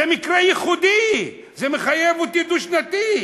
זה מקרה ייחודי, זה מחייב אותי לדו-שנתי.